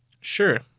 Sure